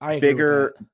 bigger